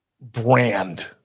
brand